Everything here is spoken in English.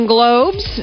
Globes